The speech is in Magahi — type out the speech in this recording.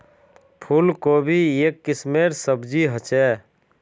फूल कोबी एक किस्मेर सब्जी ह छे